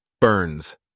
burns